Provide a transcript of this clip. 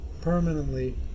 permanently